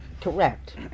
Correct